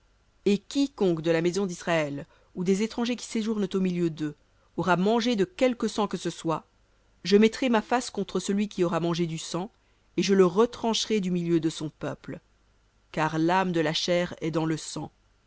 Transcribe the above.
et quiconque de la maison d'israël ou des étrangers qui séjournent au milieu d'eux aura mangé de quelque sang que ce soit je mettrai ma face contre celui qui aura mangé du sang et je le retrancherai du milieu de son peuple car l'âme de la chair est dans le sang